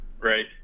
Right